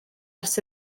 ers